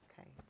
okay